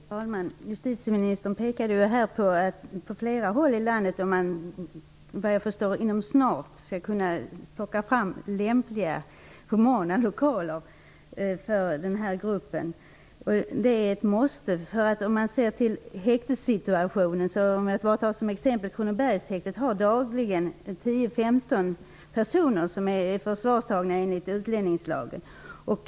Fru talman! Justitieministern sade, såvitt jag förstår, att man på flera håll i landet inom kort skall kunna plocka fram lämpliga, humana lokaler för den här gruppen. Det är ett måste. Man kan se på häktessituationen på t.ex. Kronobergshäktet. Där har man dagligen 10--15 personer som är förvarstagna enligt utlänningslagen.